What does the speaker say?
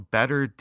Better